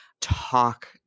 talk